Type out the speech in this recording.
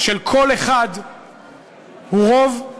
של קול אחד הוא רוב,